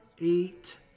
eight